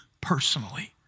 personally